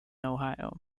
ohio